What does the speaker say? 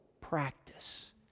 practice